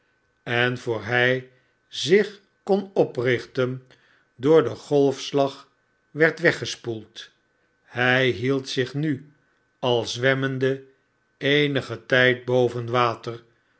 en voor hij zich kon oprichten door den golfslag werd weggespoeld hy hield zich nu al zwemmende eenigen tyd